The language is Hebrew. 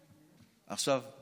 עכשיו,